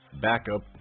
backup